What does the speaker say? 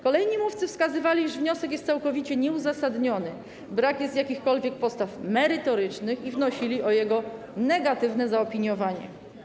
Kolejni mówcy wskazywali, iż wniosek jest całkowicie nieuzasadniony, brak jest jakichkolwiek postaw merytorycznych i wnosili o jego negatywne zaopiniowanie.